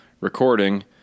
recording